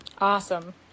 Awesome